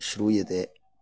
श्रूयते